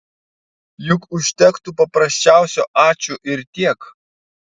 juk užtektų paprasčiausio ačiū ir tiek